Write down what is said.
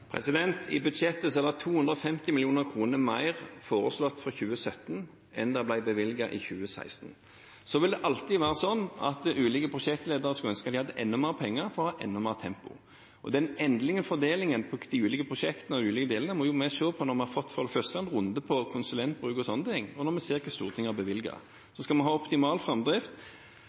I budsjettet er det foreslått 250 mill. kr mer for 2017 enn det som ble bevilget i 2016. Det vil alltid være sånn at ulike prosjektledere skulle ønsket at de hadde enda mer penger for å ha enda mer tempo. Den endelige fordelingen på de ulike prosjektene og de ulike delene av prosjektene må vi se på når vi for det første har fått en runde om konsulentbruk og sånne ting, og når vi ser hva Stortinget har bevilget. Så skal vi ha optimal framdrift.